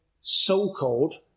so-called